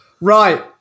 Right